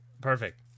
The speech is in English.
Perfect